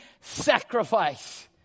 sacrifice